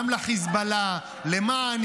גם לחיזבאללה,